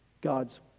God's